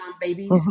babies